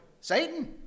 Satan